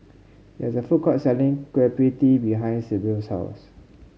there is a food court selling Kueh Pie Tee behind Sibyl's house